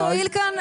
שלא תועיל כאן.